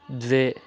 द्वे